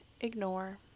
ignore